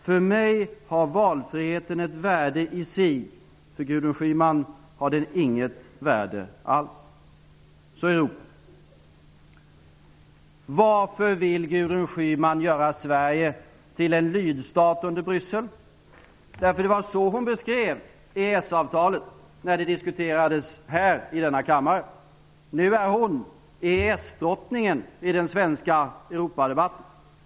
För mig har valfriheten ett värde i sig. För Gudrun Schyman har den inget värde alls. Så till frågan om Europa. Varför vill Gudrun Schyman göra Sverige till en lydstat under Bryssel? Det var så hon beskrev EES-avtalet när det diskuterades i denna kammare. Nu är hon EES drottningen i den svenska Europadebatten.